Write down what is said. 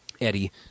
Eddie